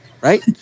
right